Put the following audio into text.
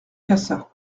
cassa